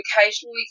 occasionally